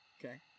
okay